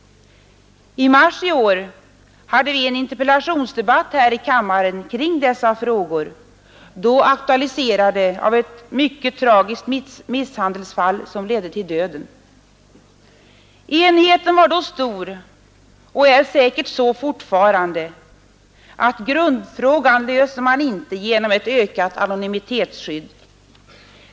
I mars i år hade vi en interpellationsdebatt i denna kammare kring dessa frågor, då aktualiserade av ett mycket tragiskt misshandelsfall som ledde till döden. Enigheten var då och är säkert fortfarande stor om att man inte löser grundfrågan genom ett ökat anonymitetsskydd.